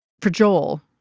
poor joel.